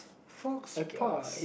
faux pas